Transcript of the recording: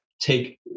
take